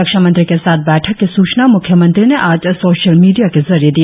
रक्षा मंत्री के साथ बैठक की सूचना मुख्यमंत्री ने आज सोशल मीडिया के जरिए दिया